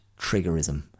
triggerism